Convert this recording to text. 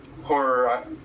horror